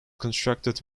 constructed